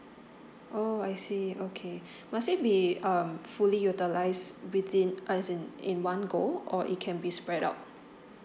oh I see okay must it be um fully utilise within as in in one go or it can be spread out